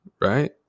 right